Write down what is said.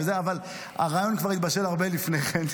אבל הרעיון כבר התבשל הרבה לפני כן.